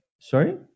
Sorry